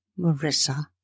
Marissa